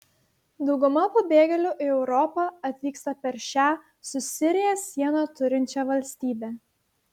dauguma pabėgėlių į europą atvyksta per šią su sirija sieną turinčią valstybę